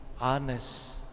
honest